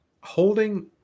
Holding